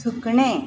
सुकणें